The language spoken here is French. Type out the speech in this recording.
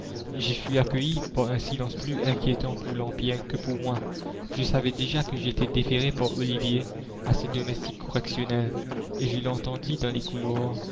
j'y fus accueilli par un silence plus inquiétant pour l'empire que pour moi je savais déjà que j'étais déféré par ollivier à ses domestiques correctionnels et je l'entendis dans les couloirs